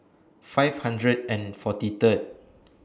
five hundred and forty Third